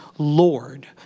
Lord